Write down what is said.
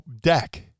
deck